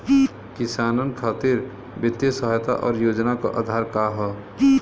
किसानन खातिर वित्तीय सहायता और योजना क आधार का ह?